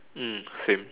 mm same